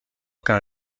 kan